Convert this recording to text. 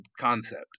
concept